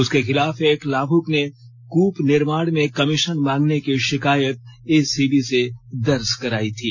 उसके खिलाफ एक लाभुक ने कूप निर्माण में कमीशन मांगने की शिकायत एसीबी में दर्ज कराई थी